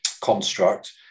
construct